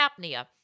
apnea